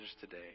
today